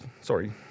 sorry